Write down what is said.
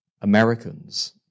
Americans